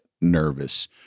nervous